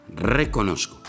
reconozco